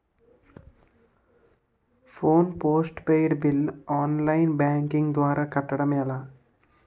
Phone postpaid bill online banking ద్వారా కట్టడం ఎలా?